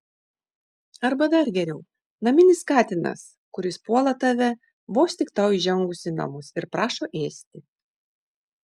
arba dar geriau naminis katinas kuris puola tave vos tik tau įžengus į namus ir prašo ėsti